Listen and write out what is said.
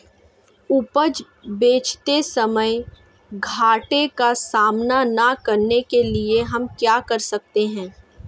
उपज बेचते समय घाटे का सामना न करने के लिए हम क्या कर सकते हैं?